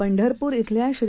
पंढरपूर खेल्या श्री